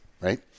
right